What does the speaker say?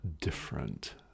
different